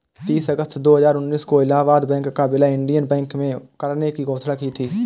तीस अगस्त दो हजार उन्नीस को इलाहबाद बैंक का विलय इंडियन बैंक में करने की घोषणा की थी